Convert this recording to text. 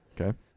Okay